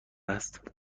است